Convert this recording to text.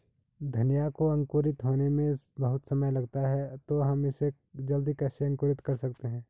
धनिया को अंकुरित होने में बहुत समय लगता है तो हम इसे जल्दी कैसे अंकुरित कर सकते हैं?